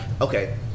okay